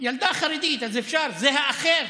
ילדה חרדית, אז אפשר, זה האחר.